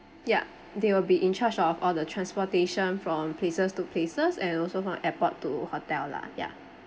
ya they will be in charge of all the transportation from places to places and also from airport to hotel lah ya